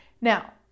Now